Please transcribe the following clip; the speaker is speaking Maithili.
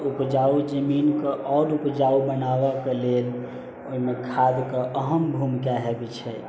उपजाउ जमीनके आओर उपजाउ बनाबैके लेल ओइमे खादके अहम भूमिका हेबै छै